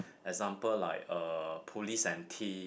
example like uh police and theif